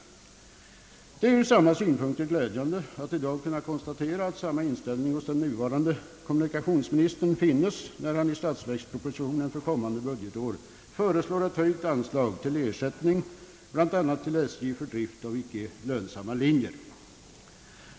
Det är ur samma synpunkter glädjande att i dag kunna konstatera samma inställning hos den nuvarande kommunikationsministern, när han i statsverkspropositionen för kommande budgetår föreslår ett höjt anslag för ersättning till SJ för drift av icke lönsamma linjer.